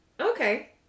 Okay